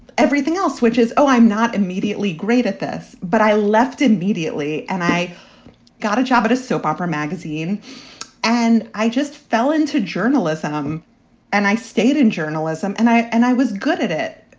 everything else, which is, oh, i'm not immediately great at this, but i left immediately and i got a job at a soap opera magazine and i just fell into journalism and i stayed in journalism and i and i was good at it,